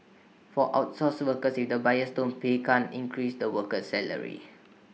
for outsourced workers if the buyers don't pay can't increase the worker's salary